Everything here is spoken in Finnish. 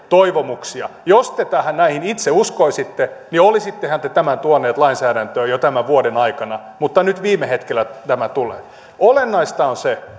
toivomuksia jos te näihin itse uskoisitte niin olisittehan te tämän tuoneet lainsäädäntöön jo tämän vuoden aikana mutta nyt viime hetkellä tämä tulee olennaista on se